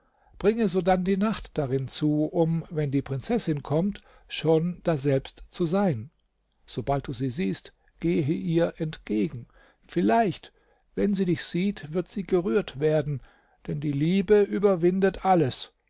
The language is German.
bringe sodann die nacht darin zu um wenn die prinzessin kommt schon daselbst zu sein sobald du sie siehst gehe ihr entgegen vielleicht wenn sie dich sieht wird sie gerührt werden denn die liebe überwindet alles